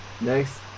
next